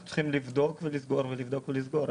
אנחנו צריכים לבדוק ולסגור ולבדוק ולסגור.